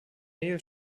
mehl